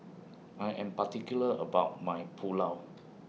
I Am particular about My Pulao